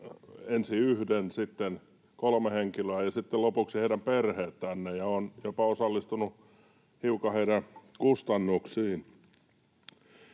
ensin yhden, sitten kolme henkilöä ja sitten lopuksi heidän perheensä, ja olen jopa osallistunut hiukan heidän kustannuksiinsa.